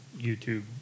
YouTube